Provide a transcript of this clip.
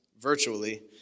virtually